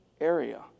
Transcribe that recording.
area